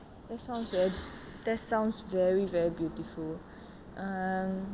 that sounds very that sounds very very beautiful